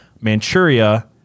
Manchuria